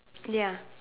ya